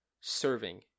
serving